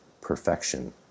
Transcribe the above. perfection